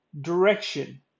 direction